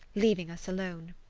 leaving us alone.